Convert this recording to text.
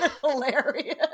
hilarious